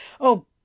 Oh